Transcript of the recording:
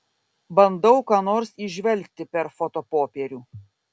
bandau ką nors įžvelgti per fotopopierių